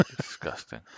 Disgusting